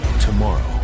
tomorrow